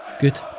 Good